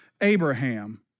Abraham